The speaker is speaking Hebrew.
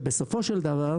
שבסופו של דבר,